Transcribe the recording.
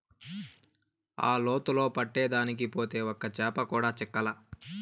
ఆ లోతులో పట్టేదానికి పోతే ఒక్క చేప కూడా చిక్కలా